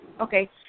Okay